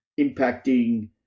impacting